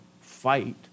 fight